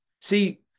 See